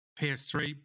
PS3